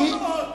כל עוד.